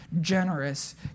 generous